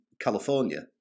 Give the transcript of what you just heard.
California